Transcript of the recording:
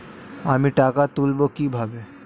আমি টাকা তুলবো কি ভাবে?